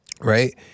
right